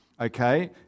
okay